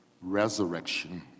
resurrection